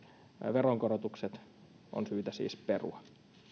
veronkorotukset on syytä siis perua